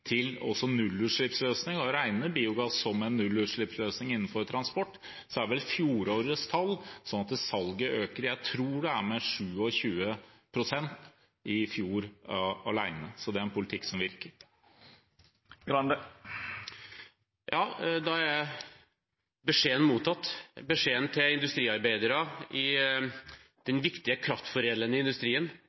til nullutslippsløsninger – å regne biogass som en nullutslippsløsning innenfor transport – viser fjorårets tall at salget øker. Jeg tror det er med 27 pst. i fjor alene, så det er en politikk som virker. Ja, da er beskjeden mottatt. Beskjeden fra Venstre til industriarbeidere i den viktige kraftforedlende industrien